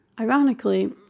Ironically